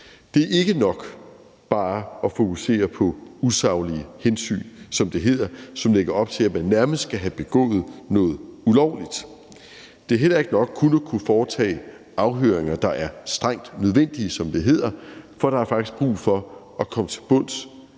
Det er ikke nok bare at fokusere på usaglige hensyn, som det hedder, som lægger op til, at man nærmest skal have begået noget ulovligt. Det er heller ikke nok kun at kunne foretage afhøringer, der er strengt nødvendige, som det hedder, for der er faktisk brug for at komme til bunds